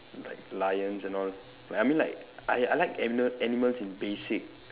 like lions and all I mean like I I like ani~ animals in basic